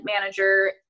manager